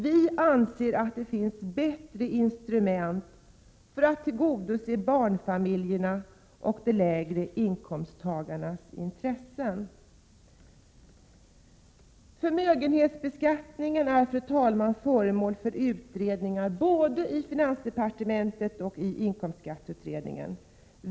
Vi anser att det finns bättre instrument för att tillgodose barnfamiljernas och de lägre inkomsttagarnas intressen. Fru talman! Förmögenhetsbeskattningen är föremål för utredning både i finansdepartementet och i inkomstskatteutredningen.